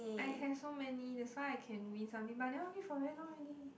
I have so many that's why I can win something but I never win for very long already